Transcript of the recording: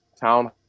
town